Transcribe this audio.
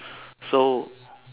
so